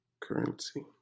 currency